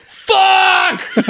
fuck